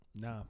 Nah